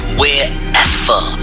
wherever